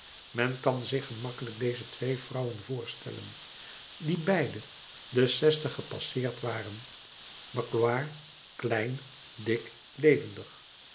men kan zich gemakkelijk deze twee vrouwen voorstellen die beide de zestig gepasseerd waren magloire klein dik levendig